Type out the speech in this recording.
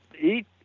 eat